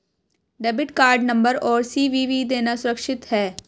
Debit card number और CVV देना सुरक्षित है?